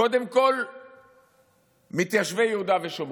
קודם כול מתיישבי יהודה ושומרון,